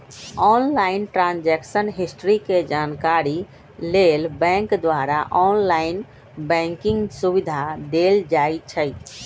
online transaction history के जानकारी लेल बैंक द्वारा ऑनलाइन बैंकिंग सुविधा देल जाइ छइ